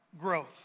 growth